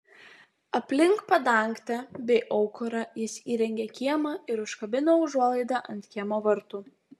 aplink padangtę bei aukurą jis įrengė kiemą ir užkabino užuolaidą ant kiemo vartų